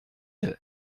qu’est